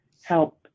help